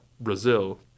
brazil